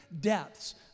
depths